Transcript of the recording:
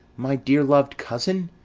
my dear-lov'd cousin,